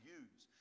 use